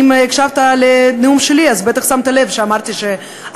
ואם הקשבת לנאום שלי אז בטח שמת לב שאמרתי שעלייה